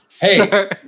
Hey